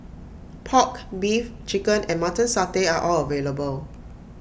Pork Beef Chicken and Mutton Satay are all available